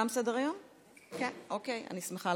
אני שמחה